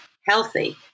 healthy